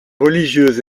religieuses